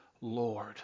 lord